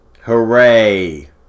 Hooray